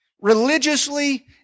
religiously